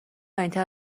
خیابون